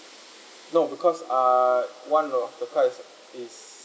no because uh one the car is